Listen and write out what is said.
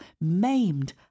maimed